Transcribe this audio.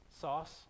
sauce